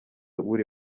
uri